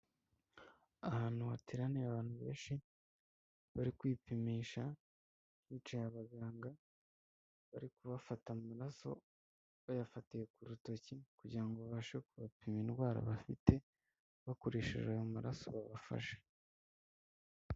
Ahantu hateraniye abantu benshi bari kwipimisha hicaye abaganga bari kubafata amaraso bayafatiye ku rutoki kugirango ngo babashe kubapima indwara bafite bakoresheje ayo maraso babafashe.